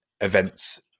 events